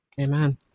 Amen